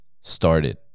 started